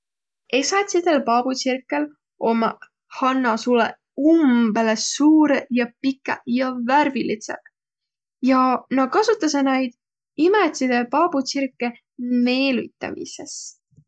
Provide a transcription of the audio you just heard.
Esätsidel paabutsirkõl ommaq hannasulõq umbõlõ suurõq ja pikäq ja värvilidseq. Ja nä kasutasõ naid imätside paabutsirkõ meelütämises.